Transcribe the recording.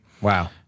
Wow